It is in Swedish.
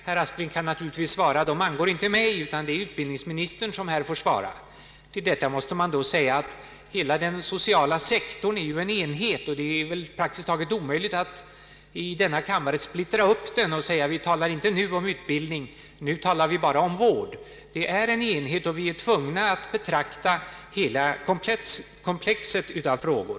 Herr Aspling kan naturligtvis svara: Det angår inte mig, utan det är utbildningsministern som här får svara. Till detta måste man då säga att hela den sociala sektorn är en enhet och att det praktiskt taget är omöjligt att i denna kammare splittra upp den och säga: Vi talar inte nu om utbildning. Nu talar vi bara om vård. Det sociala komplexet är en enhet, och vi måste betrakta hela komplexet av frågor.